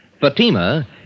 Fatima